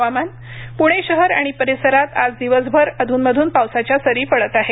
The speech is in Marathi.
हवामान प्णे शहर आणि परिसरात आज दिवसभर अधून मधून पावसाच्या सरी पडत आहेत